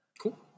cool